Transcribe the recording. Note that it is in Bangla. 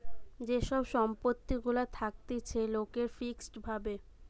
যে সব সম্পত্তি গুলা থাকতিছে লোকের ফিক্সড ভাবে